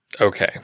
okay